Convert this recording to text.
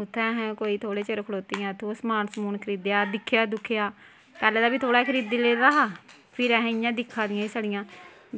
उत्थें अस कोई थोह्ड़े चिर खड़ोतियां उत्थें दा समान समून खरीदेआ दिक्खेआ दुक्खेआ पैह्लें दा बी थोह्ड़ा खरीदी लेदा हा फिर अस इयां दिक्खा दियां हां छड़ियां